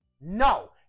No